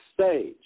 stage